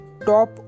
top